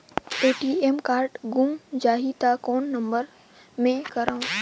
ATM card गुम जाही त कौन नम्बर मे करव?